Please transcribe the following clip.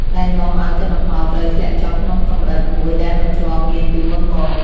ដែលនាំឱ្យទិន្នផលត្រីធ្លាក់ចុះក្នុងកម្រិតមួយដែលមិនធ្លាប់មានពីមុនមក។